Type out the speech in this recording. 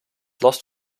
last